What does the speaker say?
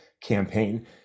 campaign